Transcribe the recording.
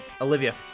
Olivia